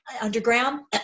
underground